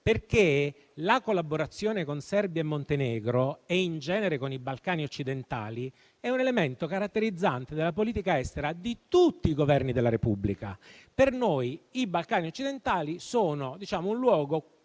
perché la collaborazione con Serbia e Montenegro e in genere con i Balcani occidentali è un elemento caratterizzante della politica estera di tutti i Governi della Repubblica. Per noi i Balcani occidentali sono un luogo